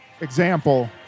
example